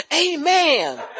amen